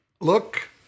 look